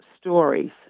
stories